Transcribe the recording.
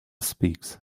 speaks